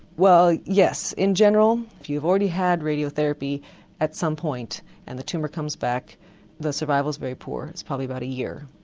well yes, in general if you've already had radiotherapy at some point and the tumour comes back the survival is very poor, it's probably about a year.